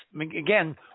again